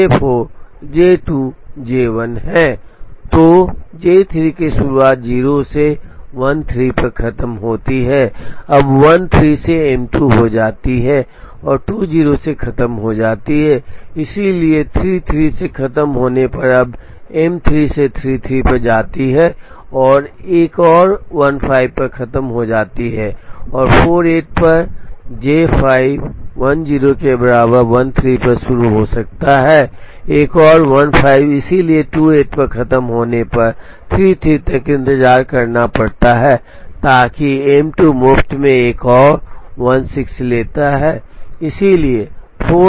तो J3 की शुरुआत 0 से 13 पर खत्म होती है अब 13 से M2 हो जाती है और 20 से खत्म हो जाती है इसलिए 33 से खत्म होने पर अब M3 से 33 पर जाती है एक और 15 पर खत्म होती है और 48 पर J5 10 के बराबर 13 पर शुरू हो सकता है एक और 15 इसलिए 28 पर खत्म होने पर 33 तक इंतजार करना पड़ता है ताकि एम 2 मुफ्त में एक और 16 लेता है